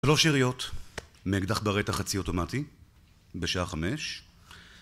שלוש יריות, מאקדח ברטה חצי אוטומטי, בשעה חמש